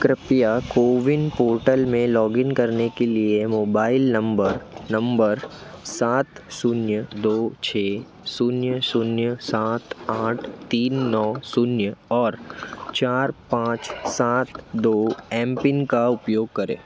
कृपया कोविन पोर्टल में लॉगिन करने के लिए मोबाइल नम्बर नम्बर सात शून्य दो छः शून्य शून्य सात आठ तीन नौ शून्य और चार पाँच सात दो एम्पिन का उपयोग करें